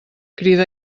crida